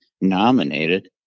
nominated